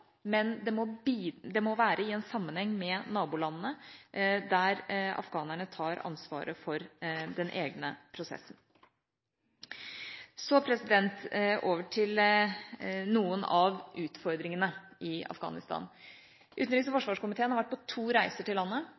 men det må være i en sammenheng med nabolandene, der afghanerne tar ansvaret for egne prosesser. Så vil jeg gå over til noen av utfordringene i Afghanistan. Utenriks- og forsvarskomiteen har vært på to reiser til landet.